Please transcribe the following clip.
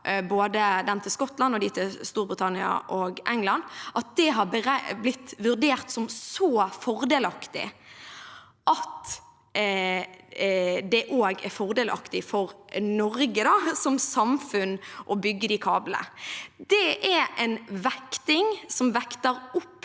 både den til Skottland og de til Tyskland og England – har blitt vurdert som så fordelaktige at det også er fordelaktig for Norge som samfunn å bygge de kablene. Det er en vekting som vekter